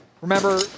remember